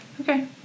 okay